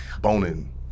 boning